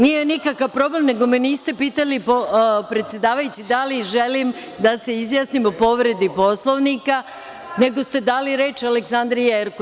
Nije nikakav problem, nego me niste pitali, predsedavajući, da li želim da se izjasnim o povredi Poslovnika, nego ste dali reč Aleksandri Jerkov.